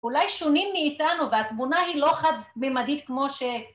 אולי שונים מאיתנו והתמונה היא לא חד-ממדית כמו ש...